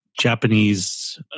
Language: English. Japanese